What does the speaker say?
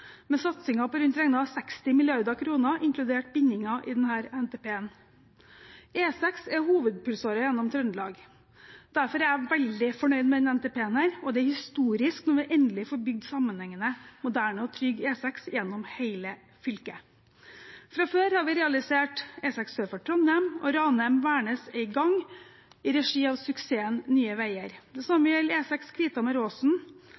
med satsingen på rundt regnet 60 mrd. kr, inkludert bindinger i denne NTP-en. E6 er hovedpulsåren gjennom Trøndelag, og derfor er jeg veldig fornøyd med denne NTP-en. Det er historisk når vi endelig får bygd sammenhengende, moderne og trygg E6 gjennom hele fylket. Fra før har vi realisert E6 sør for Trondheim, og Ranheim–Værnes er i gang i regi av suksessen Nye Veier. Det